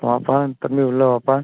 வாப்பா தம்பி உள்ளே வாப்பா